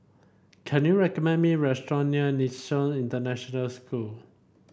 can you recommend me restaurant near International School